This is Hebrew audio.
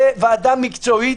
זו ועדה מקצועית,